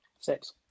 Six